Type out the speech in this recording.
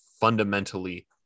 fundamentally